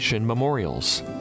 Memorials